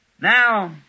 Now